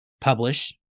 publish